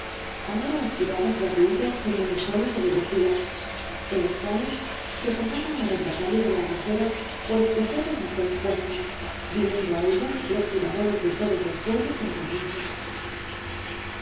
ahora las tiradas gratuitas tenían un prólogo de dos días en los cuales se pagaba al arrendatario de la albufera por escoger los mejores puestos viniendo á ellas los tiradores de todos los pueblos de la provincia